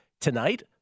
tonight